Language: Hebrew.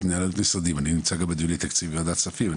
אני נמצא גם בדיוני תקציב בוועדת כספים,